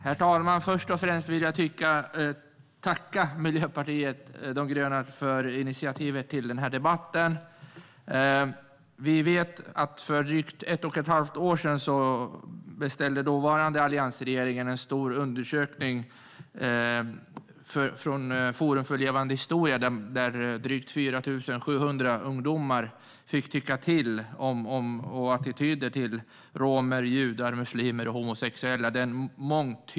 Herr talman! Först och främst vill jag tacka Miljöpartiet de gröna för initiativet till denna debatt. Vi vet att den dåvarande alliansregeringen för drygt ett och ett halvt år sedan beställde en stor undersökning från Forum för levande historia. I den fick drygt 4 700 ungdomar tycka till om attityder till romer, judar, muslimer och homosexuella.